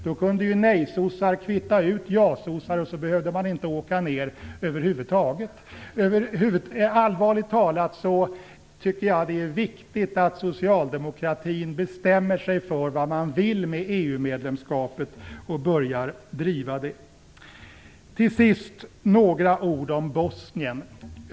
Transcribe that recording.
Då kunde nejsocialdemokrater kvitta ut ja-socialdemokrater, så behövde man inte åka ner över huvud taget. Allvarligt talat tycker jag det är viktigt att socialdemokratin bestämmer sig för vad man vill med EU medlemskapet och börjar driva det. Till sist vill jag säga några ord om Bosnien.